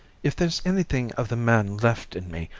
if there's anything of the man left in me,